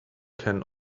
can